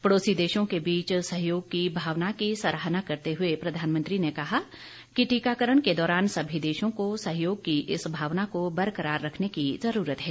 पडोसी देशों के बीच सहयोग की भावना की सराहना करते हुए प्रधानमंत्री ने कहा कि टीकाकरण के दौरान सभी देशों को सहयोग की इस भावना को बरकरार रखने की जरूरत है